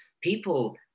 people